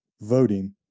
voting